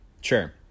sure